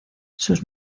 sus